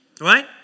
right